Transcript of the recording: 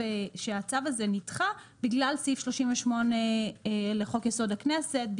הזה נדחה בגלל סעיף 38 לחוק יסוד הכנסת.